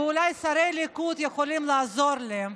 ואולי שרי הליכוד יכולים לעזור לי: